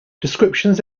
descriptions